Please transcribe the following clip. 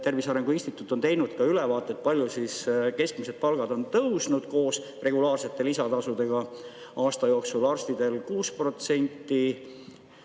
Tervise Arengu Instituut on teinud ülevaate, palju keskmised palgad on tõusnud koos regulaarsete lisatasudega aasta jooksul: arstidel 6%,